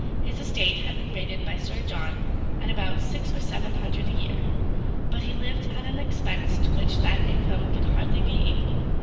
his estate had been rated by sir john at about six or seven hundred a year but he lived at an expense to which that income could hardly be equal,